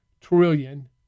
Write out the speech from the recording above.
trillion